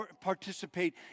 participate